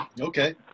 okay